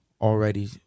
already